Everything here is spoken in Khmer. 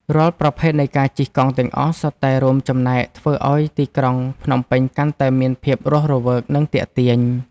រាល់ប្រភេទនៃការជិះកង់ទាំងអស់ សុទ្ធតែរួមចំណែកធ្វើឱ្យទីក្រុងភ្នំពេញកាន់តែមានភាពរស់រវើក និងទាក់ទាញ។